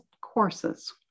courses